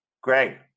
Greg